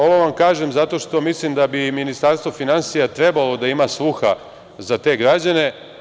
Ovo vam kažem zato što mislim da bi Ministarstvo finansija trebalo da ima sluha za te građane.